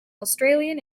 australian